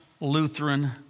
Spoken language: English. Lutheran